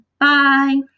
Bye